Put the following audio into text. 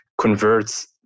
converts